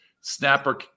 snapper